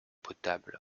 potable